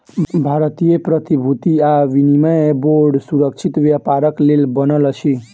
भारतीय प्रतिभूति आ विनिमय बोर्ड सुरक्षित व्यापारक लेल बनल अछि